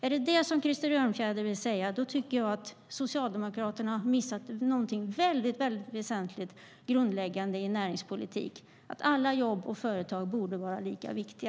Om det är det som Christer Örnfjäder vill säga tycker jag att Socialdemokraterna har missat någonting väldigt väsentligt och grundläggande i näringspolitik, att alla jobb och företag är lika viktiga.